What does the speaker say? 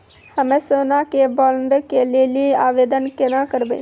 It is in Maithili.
हम्मे सोना के बॉन्ड के लेली आवेदन केना करबै?